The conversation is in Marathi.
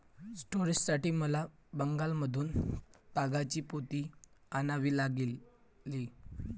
स्टोरेजसाठी मला बंगालमधून तागाची पोती आणावी लागली